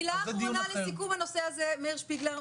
מילה אחרונה לסיכום הנושא הזה, מאיר שפיגלר.